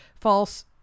false